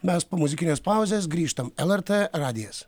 mes po muzikinės pauzės grįžtam lrt radijas